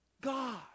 God